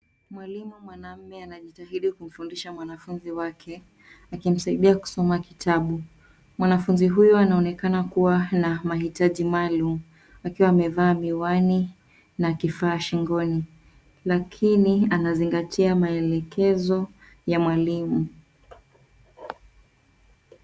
Mwalimu mwanamume anajitahidi kumfundisha mwanafunzi wake akimsaidia kusoma kitabu . Mwanafunzi huyo anaonekana kuwa na mahitaji maalum akiwa amevaa miwani na kifaa shingoni lakini anazingatia maelekezo ya mwalimu.